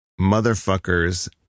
motherfuckers